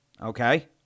Okay